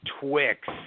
Twix